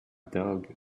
dog